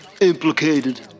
implicated